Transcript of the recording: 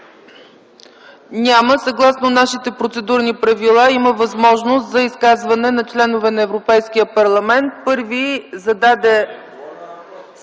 Няма. Съгласно нашите процедурни правила има възможност за изказване на членове на Европейския парламент.